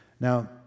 Now